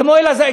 כמו אלעזר,